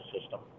system